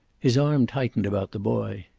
his arm tightened about the boy.